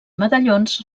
medallons